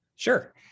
Sure